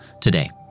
today